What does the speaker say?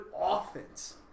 offense